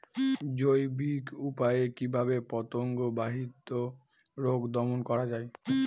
জৈবিক উপায়ে কিভাবে পতঙ্গ বাহিত রোগ দমন করা যায়?